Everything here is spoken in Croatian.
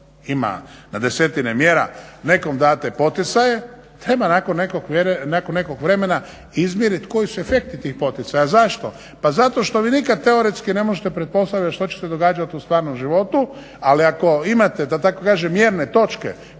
ima na desetine mjera, nekom date poticaje treba nakon nekog vremena izmjeriti koji su efekti tih poticaja. Zašto? Pa zato što vi nikad teoretski ne možete pretpostaviti što će se događati u stvarnom životu, ali ako imate da tako kažem mjerne točke